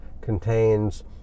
contains